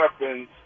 Weapons